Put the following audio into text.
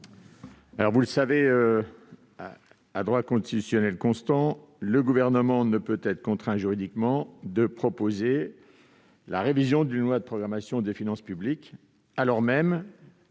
Vous le savez, à droit constitutionnel constant, le Gouvernement ne peut pas être contraint juridiquement de proposer la révision d'une loi de programmation des finances publiques, alors même-